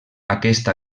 aquest